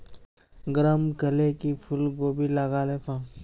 गरम कले की फूलकोबी लगाले पाम?